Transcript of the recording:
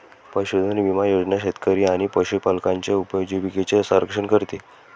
पशुधन विमा योजना शेतकरी आणि पशुपालकांच्या उपजीविकेचे संरक्षण करते